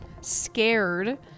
scared